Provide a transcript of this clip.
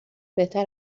بهتر